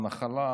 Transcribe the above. הנחלה,